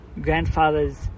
grandfather's